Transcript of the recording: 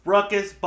Ruckus